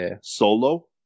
Solo